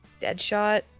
Deadshot